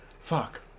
Fuck